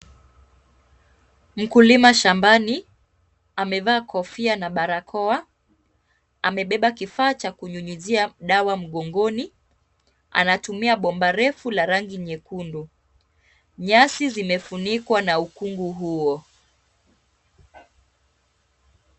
Mkulima shambani amevaa kofia na barakoa amebeba kifaa cha kunyunyuzia dawa mgongoni. Anatumia bomba refu la rangi nyekundu. Nyasi zimefunikwa na ukungu huo.